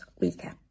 weaker